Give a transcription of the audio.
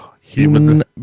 human